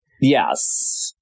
Yes